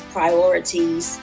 priorities